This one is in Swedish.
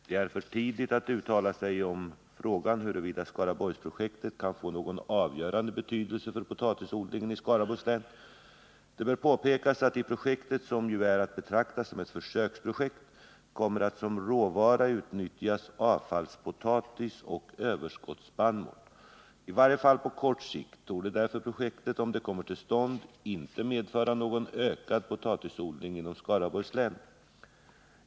Det är för tidigt att uttala sig om frågan huruvida Skaraborgsprojektet kan få någon avgörande betydelse för potatisodlingen i Skaraborgs län. Det bör påpekas att i projektet, som ju är att betrakta som ett försöksprojekt, kommer att som råvara utnyttjas avfallspotatis och överskottsspannmål. I varje fall på kort sikt torde därför projektet, om det kommer till stånd, inte medföra någon ökad potatisodling inom Skaraborgs län.